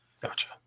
gotcha